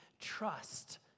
trust